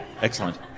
Excellent